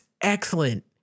excellent